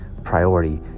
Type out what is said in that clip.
priority